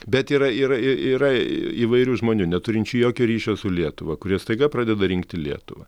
bet yra yra yra įvairių žmonių neturinčių jokio ryšio su lietuva kurie staiga pradeda rinkti lietuvą